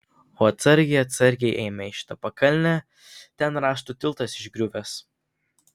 o atsargiai atsargiai eime į šitą pakalnę ten rąstų tiltas išgriuvęs